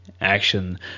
action